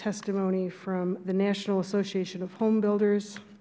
testimony from the national association of homebuilders